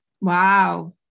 Wow